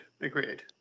Agreed